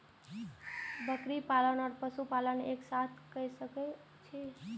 बकरी पालन ओर पशु एक साथ कई सके छी?